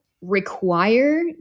require